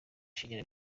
shingiro